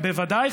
בוודאי,